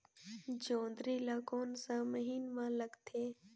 जोंदरी ला कोन सा महीन मां लगथे?